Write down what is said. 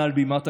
מעל בימת הכנסת: